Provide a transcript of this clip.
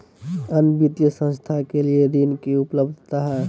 अन्य वित्तीय संस्थाएं के लिए ऋण की उपलब्धता है?